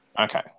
Okay